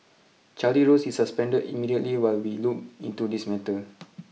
Charlie Rose is suspended immediately while we look into this matter